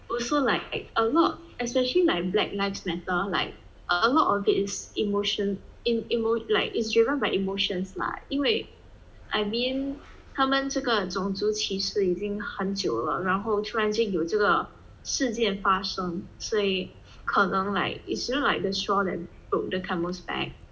also like a lot especially like black lives matter like a lot of it is emotions in emo~ like it's driven by emotions lah 因为 I mean 他们这个种族歧视已经很久了然后突然间有这个事件发生所以可能 like it's really like the straw that broke the camel's back